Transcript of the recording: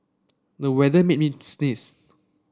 the weather made me sneeze